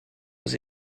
was